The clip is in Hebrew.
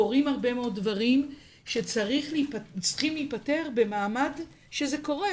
קורים הרבה מאד דברים שצריכים להיפתר במעמד שזה קורה,